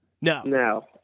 No